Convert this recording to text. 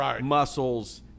muscles